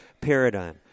paradigm